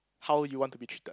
how you want to be treated